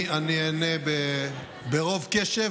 אני אענה ברוב קשב